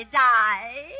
die